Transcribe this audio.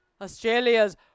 Australia's